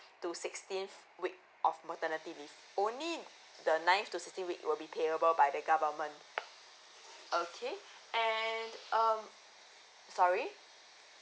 to sixteenth week of maternity leave only the ninth to sixteenth week will be payable by the government okay and um sorry